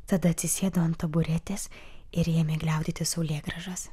tada atsisėdo ant taburetės ir ėmė gliaudyti saulėgrąžas